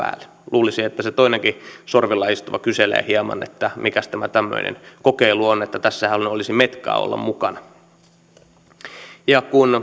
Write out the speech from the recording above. luulisi että se toinenkin sorvilla istuva kyselee hieman että mikäs tämä tämmöinen kokeilu on että tässähän olisi metkaa olla mukana kun